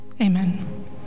Amen